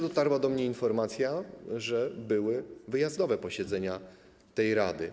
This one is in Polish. Dotarła do mnie informacja, że były wyjazdowe posiedzenia tej rady.